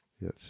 yes